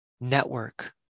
network